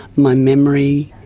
my memory,